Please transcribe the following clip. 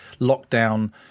lockdown